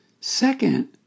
Second